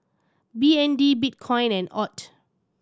B N D Bitcoin and AUD